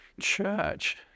church